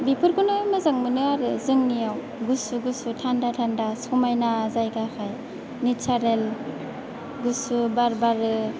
बिफोरखौनो मोजां मोनो आरो जोंनियाव गुसु गुसु थान्दा थान्दा समायना जायगाखाय नेसारेल गुसु बार बारो